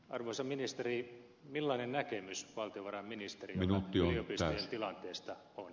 arvoisa ministeri millainen näkemys valtiovarainministerillä yliopistojen tilanteesta on